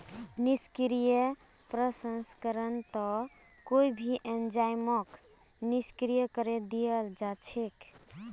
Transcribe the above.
निष्क्रिय प्रसंस्करणत कोई भी एंजाइमक निष्क्रिय करे दियाल जा छेक